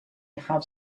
have